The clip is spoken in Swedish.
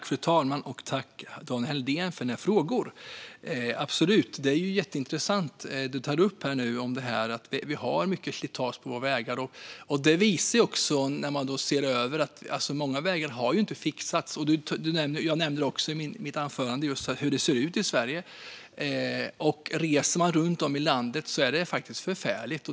Fru talman! Tack, Daniel Helldén, för dina frågor! Absolut, det är jätteintressant det du tar upp om att vi har mycket slitage på våra vägar. Och det visar ju sig också när man ser över detta att många vägar inte har fixats. Jag nämner också i mitt anförande hur det ser ut i Sverige. När man reser runt i landet är det faktiskt förfärligt.